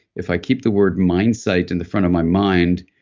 if i keep the word mindsight in the front of my mind,